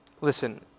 Listen